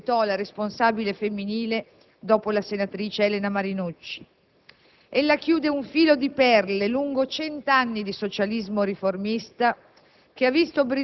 di cui diventò la responsabile femminile dopo la senatrice Elena Marinucci. Ella chiude un filo di perle lungo cento anni di socialismo riformista,